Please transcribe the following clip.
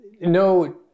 no